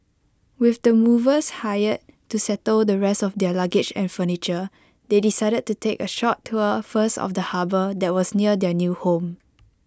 with the movers hired to settle the rest of their luggage and furniture they decided to take A short tour first of the harbour that was near their new home